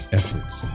efforts